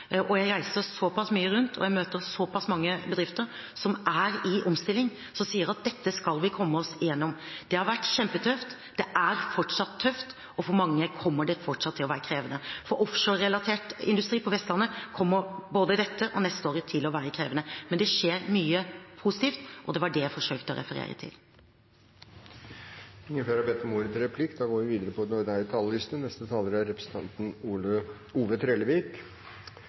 nådd. Jeg reiser mye rundt, og jeg møter mange bedrifter som er i omstilling, og som sier at dette skal vi komme oss igjennom. Det har vært kjempetøft. Det er fortsatt tøft, og for mange kommer det fortsatt til å være krevende. For offshorerelatert industri på Vestlandet kommer både dette og det neste året til å være krevende. Men det skjer mye positivt, og det var det jeg forsøkte å referere til. Replikkordskiftet er over. De talere som heretter får ordet, har en taletid på inntil 3 minutter. Under denne Høyre–Fremskrittsparti-regjeringen er